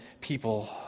people